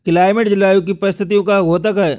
climate जलवायु की परिस्थितियों का द्योतक है